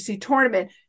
tournament